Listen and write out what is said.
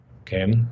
Okay